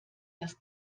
dass